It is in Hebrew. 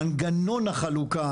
מנגנון החלוקה,